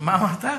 מה אמרת?